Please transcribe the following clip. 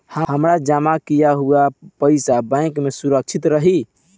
हमार जमा किया हुआ पईसा बैंक में सुरक्षित रहीं?